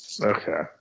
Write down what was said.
Okay